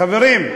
חברים,